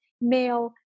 male